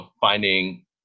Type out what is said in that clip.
finding